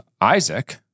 Isaac